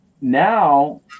now